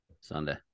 sunday